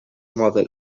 mother